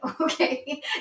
Okay